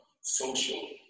social